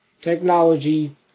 technology